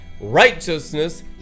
righteousness